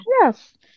Yes